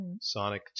Sonic